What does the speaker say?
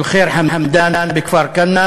של ח'יר חמדאן בכפר-כנא